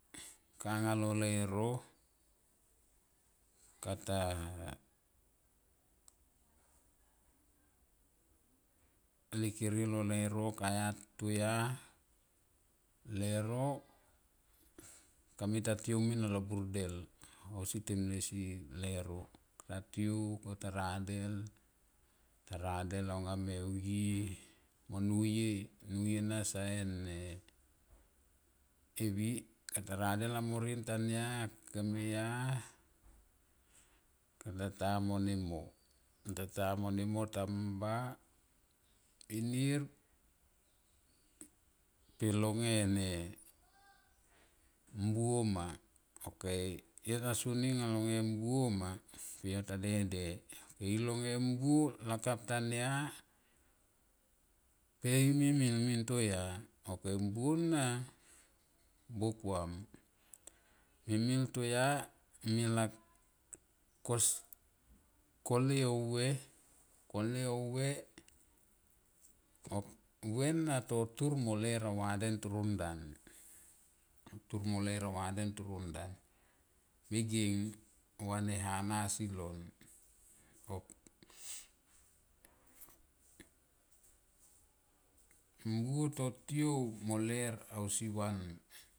Kanga lo lero kata likere lo lero ka ya to ya lero kame ta tiuo min alo burdel ausi temle si lero ta tiou kata radel ta radel aunga me vie mo nuye, nuye na saen ne evi kata radel amorien tani ya temle ya kata tamo nemo, kata tamo tamba minir ti longe ne mbuo ma ok yo ta soni ma longe mbuo ma pe yo ta dede pe e longe mbuo lakap tani ya pe e mimil min to ya ok mbuo na mbuo guam mimil to ya kosi, kolie o vue, kolie o vue. Vue na tur mo ler auva den toro ndan megeng va ne hane si lon mbuo to tiou mo ler ausi van.